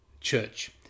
church